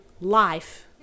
life